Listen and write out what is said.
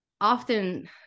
often